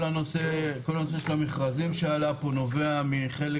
כל הנושא של המכרזים שעלה פה נובע מחלק